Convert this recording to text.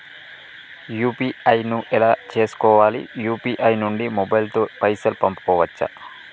UPI ను ఎలా చేస్కోవాలి యూ.పీ.ఐ నుండి మొబైల్ తో పైసల్ పంపుకోవచ్చా?